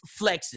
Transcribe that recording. flexes